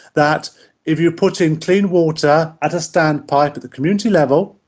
that if you put in clean water at a standpipe at the community level,